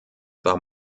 war